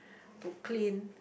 to clean